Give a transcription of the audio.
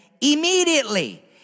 immediately